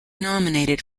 nominated